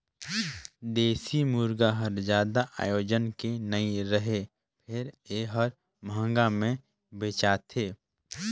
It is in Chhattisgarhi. देसी मुरगा हर जादा ओजन के नइ रहें फेर ए हर महंगा में बेचाथे